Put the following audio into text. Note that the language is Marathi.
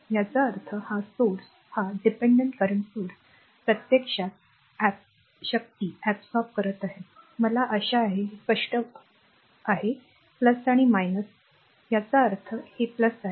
याचा अर्थ हा स्त्रोत हा dependent current source प्रत्यक्षात शोषक शक्ती आहे मला आशा आहे की हे स्पष्ट वळण असेल याचा अर्थ हे आहे हे आहे